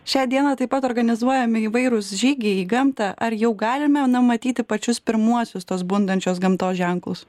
šią dieną taip pat organizuojami įvairūs žygiai į gamtą ar jau galime na matyti pačius pirmuosius tos bundančios gamtos ženklus